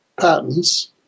patents